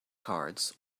cards